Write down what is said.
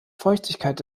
feuchtigkeit